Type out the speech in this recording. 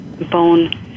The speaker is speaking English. Bone